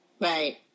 right